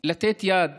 לתת יד